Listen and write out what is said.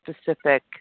specific